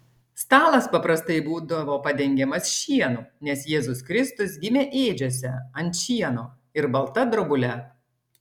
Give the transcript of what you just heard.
stalas paprastai buvo padengiamas šienu nes jėzus kristus gimė ėdžiose ant šieno ir balta drobule